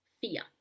fear